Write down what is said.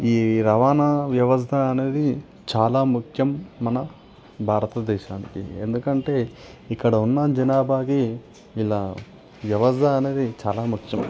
ఈ రవాణా వ్యవస్థ అనేది చాలా ముఖ్యం మన భారతదేశానికి ఎందుకంటే ఇక్కడ ఉన్న జనాభాకి ఇలా వ్యవస్ట అనేది చాలా ముఖ్యం